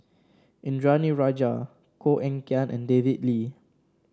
Indranee Rajah Koh Eng Kian and David Lee